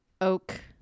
oak